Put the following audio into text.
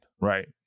right